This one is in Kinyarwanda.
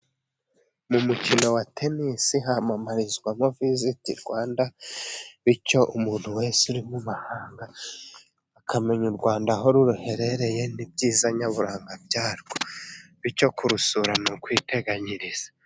Mu mukino wa tenisi hamamarizwamo visiti Rwanda, bicyo umuntu wese uri mu mahanga akamenya u Rwanda, aho ruherereye n'ibyiza nyaburanga bya rwo bicyo kurusura ni ukwiteganyiriza.